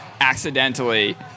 accidentally